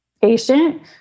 patient